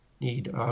need